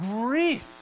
grief